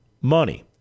money